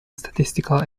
statistical